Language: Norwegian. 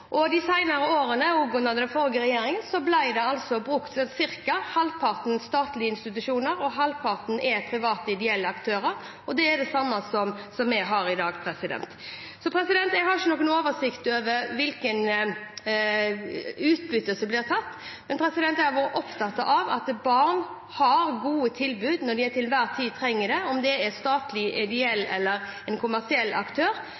de senere årene – også under den forrige regjeringen – er ca. halvparten statlige institusjoner og halvparten private og ideelle aktører. Det er det samme som i dag. Jeg har ingen oversikt over hvilket utbytte som blir tatt, men jeg er opptatt av at barn har gode tilbud når de til enhver tid trenger det, og om det er en statlig, en ideell eller en kommersiell aktør,